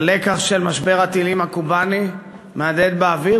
הלקח של משבר הטילים הקובני מהדהד באוויר.